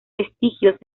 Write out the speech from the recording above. vestigios